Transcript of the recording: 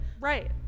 Right